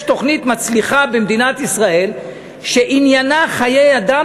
יש תוכנית מצליחה במדינת ישראל שעניינה חיי אדם,